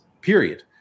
period